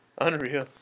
Unreal